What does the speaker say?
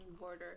border